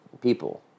people